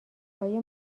های